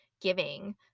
giving